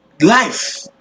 life